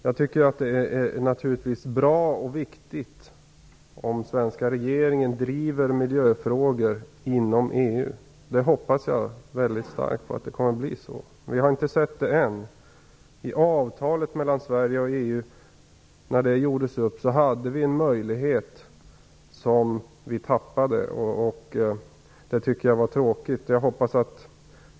Jag tycker naturligtvis att det är bra och viktigt om den svenska regeringen driver miljöfrågor inom EU. Jag hoppas mycket starkt att det kommer att bli så. Vi har inte sett det än. När avtalet mellan Sverige och EU gjordes upp hade vi en möjlighet som vi tappade, och det tycker jag var tråkigt.